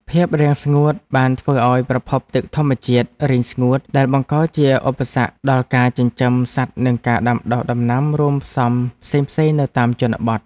ភាពរាំងស្ងួតបានធ្វើឱ្យប្រភពទឹកធម្មជាតិរីងស្ងួតដែលបង្កជាឧបសគ្គដល់ការចិញ្ចឹមសត្វនិងការដាំដុះដំណាំរួមផ្សំផ្សេងៗនៅតាមជនបទ។